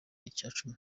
icyacumi